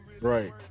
Right